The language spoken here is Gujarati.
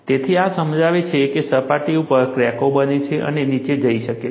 તેથી આ સમજાવે છે કે સપાટી ઉપર ક્રેકો બને છે અને નીચે જઈ શકે છે